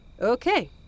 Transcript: Okay